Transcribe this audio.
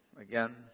again